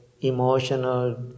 emotional